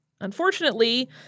Unfortunately